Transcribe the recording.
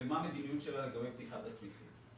ומה המדיניות שלה לגבי פתיחת הסניפים.